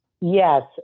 Yes